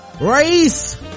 race